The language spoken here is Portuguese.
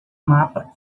mapa